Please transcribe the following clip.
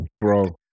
Bro